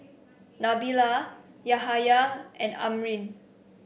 Nabila Yahaya and Amrin